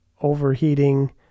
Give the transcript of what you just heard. overheating